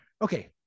Okay